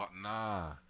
Nah